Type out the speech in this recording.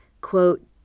quote